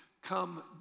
come